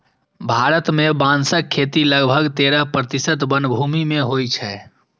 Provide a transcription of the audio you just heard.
भारत मे बांसक खेती लगभग तेरह प्रतिशत वनभूमि मे होइ छै